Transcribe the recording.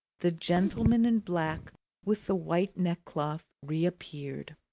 the gentleman in black with the white neckcloth reappeared.